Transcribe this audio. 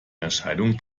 erscheinung